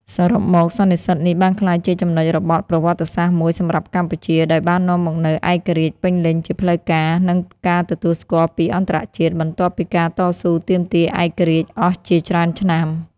សរុបមក សន្និសីទនេះបានក្លាយជាចំណុចរបត់ប្រវត្តិសាស្ត្រមួយសម្រាប់កម្ពុជា ដោយបាននាំមកនូវ ឯករាជ្យពេញលេញជាផ្លូវការ និងការទទួលស្គាល់ពីអន្តរជាតិ បន្ទាប់ពីការតស៊ូទាមទារឯករាជ្យអស់ជាច្រើនឆ្នាំ។